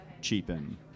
cheapen